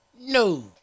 No